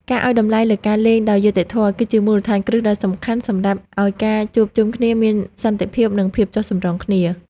ការឱ្យតម្លៃលើការលេងដោយយុត្តិធម៌ គឺជាមូលដ្ឋានគ្រឹះដ៏សំខាន់សម្រាប់ឱ្យការជួបជុំគ្នាមានសន្តិភាព និងភាពចុះសម្រុងគ្នា។